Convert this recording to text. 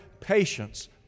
Patience